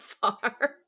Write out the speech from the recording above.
far